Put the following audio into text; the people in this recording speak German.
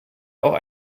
auch